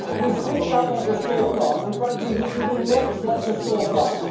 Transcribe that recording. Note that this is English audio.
he sticks out like a sore thumb and frankly he even looks like a sore thumb.